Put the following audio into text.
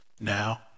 Now